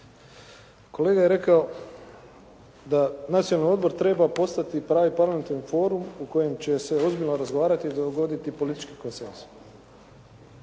Kolega je rekao da Nacionalni odbor treba postati pravi parlamentarni forum u kojem će se ozbiljno razgovarati i dogoditi politički konsenzus.